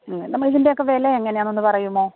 നമ്മൾ ഇതിൻ്റെ ഒക്കെ വില എങ്ങനെയാണെന്നൊന്ന് പറയുമോ